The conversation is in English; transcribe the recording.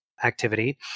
activity